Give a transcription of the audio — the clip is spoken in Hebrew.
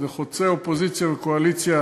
זה חוצה אופוזיציה וקואליציה.